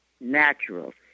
natural